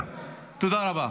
תודה רבה.